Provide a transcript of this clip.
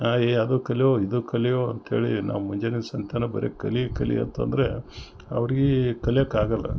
ಹಾಗೇ ಅದು ಕಲಿಯೊ ಇದು ಕಲಿಯೊ ಅಂತೇಳಿ ನಮ್ಮ ಜನರ ಸಂತಾನ ಬರಿ ಕಲೀ ಕಲೀ ಅಂತಂದರೆ ಅವರಿಗೇ ಕಲಿಯೋಕ್ ಆಗೋಲ್ಲ